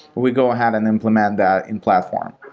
we'd go ahead and implement that in platform.